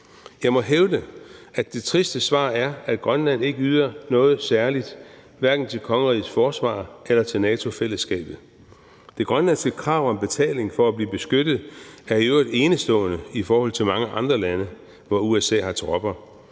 Jeg må hævde, at det triste svar er, at Grønland ikke yder noget særligt hverken til kongerigets forsvar eller til NATO-fællesskabet. Det grønlandske krav om betaling for at blive beskyttet er i øvrigt enestående i forhold til mange andre lande, hvor USA har tropper.